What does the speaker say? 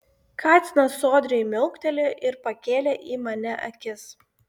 katinas sodriai miauktelėjo ir pakėlė į mane akis